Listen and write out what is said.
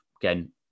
again